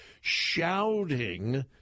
shouting